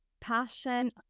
passion